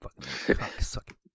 Fuck